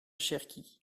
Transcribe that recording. cherki